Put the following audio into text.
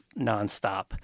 nonstop